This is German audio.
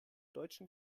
deutschen